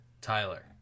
Tyler